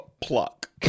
pluck